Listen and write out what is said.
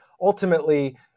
ultimately